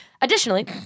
Additionally